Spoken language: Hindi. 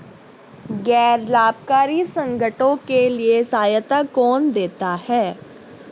गैर लाभकारी संगठनों के लिए सहायता कौन देता है?